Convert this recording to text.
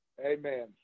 Amen